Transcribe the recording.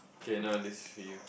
okay now let's see you